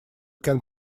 can